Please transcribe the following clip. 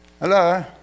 Hello